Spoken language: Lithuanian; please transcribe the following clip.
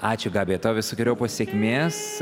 ačiū gabija tau visokeriopos sėkmės